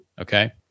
Okay